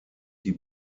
die